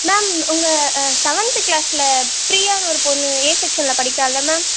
ma'am உங்கள் seventh கிளாஸில் பிரியான்னு ஒரு பொண்ணு ஏ செஷனில் படிக்கிறால்ல மேம்